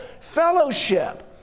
fellowship